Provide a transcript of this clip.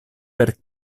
per